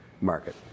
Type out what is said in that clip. market